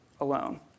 alone